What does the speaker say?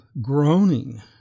groaning